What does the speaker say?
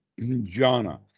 Jhana